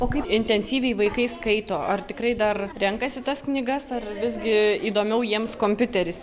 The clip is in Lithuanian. o kaip intensyviai vaikai skaito ar tikrai dar renkasi tas knygas ar visgi įdomiau jiems kompiuteris